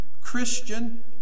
Christian